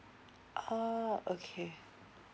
uh okay